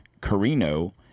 Carino